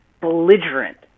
belligerent